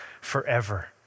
forever